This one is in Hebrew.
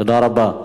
תודה רבה.